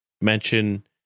mention